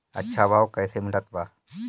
अच्छा भाव कैसे मिलत बा?